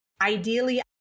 ideally